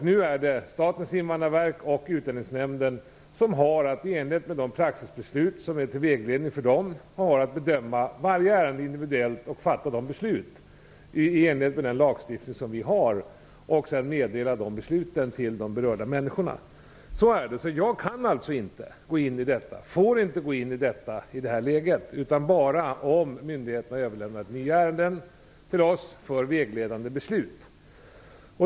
Nu är det Statens invandrarverk och Utlänningsnämnden som, i enlighet med de praxisbeslut som är till vägledning för dem, har att bedöma varje ärende individuellt, fatta beslut i enlighet med den lagstiftning som vi har och sedan meddela de besluten till de berörda människorna. Så är det. Jag kan alltså inte gå in i detta, får inte gå in i detta i det här läget, utan bara om myndigheterna överlämnar nya ärenden till oss för vägledande beslut.